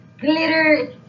glitter